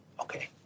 okay